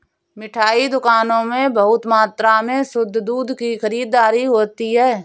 मिठाई दुकानों में बहुत मात्रा में शुद्ध दूध की खरीददारी होती है